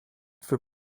for